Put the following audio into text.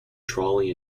trolley